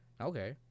Okay